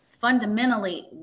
fundamentally